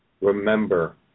remember